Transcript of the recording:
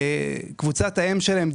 קבוצת האם שלהם,